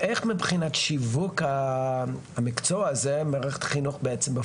איך מערכת החינוך משווקת את המקצוע הזה בפועל?